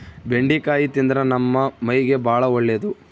ಬೆಂಡಿಕಾಯಿ ತಿಂದ್ರ ನಮ್ಮ ಮೈಗೆ ಬಾಳ ಒಳ್ಳೆದು